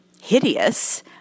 hideous